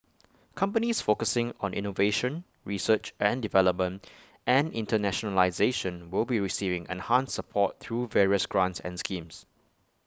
companies focusing on innovation research and development and internationalisation will be receiving enhanced support through various grants and schemes